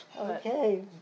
Okay